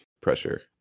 pressure